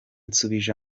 nsubije